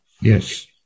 Yes